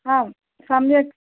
आं सम्यक्